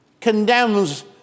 condemns